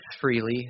freely